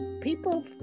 people